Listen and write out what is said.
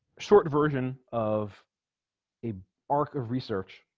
short version of a arc of research